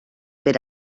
per